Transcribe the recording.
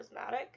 charismatic